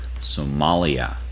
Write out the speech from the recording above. Somalia